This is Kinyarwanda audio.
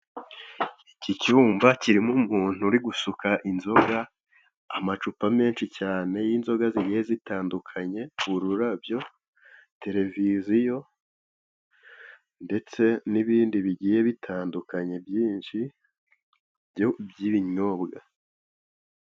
Iki cyumba kirimo umuntu uri gusuka inzoga amacupa menshi cyane y'inzoga zigiye zitandukanye ururabyo, tereviziyo ndetse n'ibindi bigiye bitandukanye byinshi by'ibinyobwa.